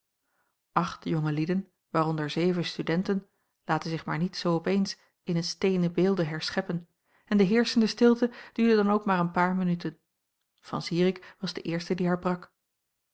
acht jonge lieden waaronder zeven studenten laten zich maar niet zoo op eens in steenen beelden herscheppen en de heerschende stilte duurde dan ook maar een paar minuten van zirik was de eerste die haar brak